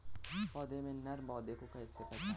पौधों में नर पौधे को कैसे पहचानें?